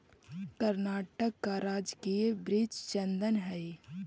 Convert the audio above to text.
कर्नाटक का राजकीय वृक्ष चंदन हई